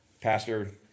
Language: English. Pastor